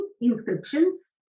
inscriptions